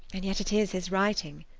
and yet it is his writing.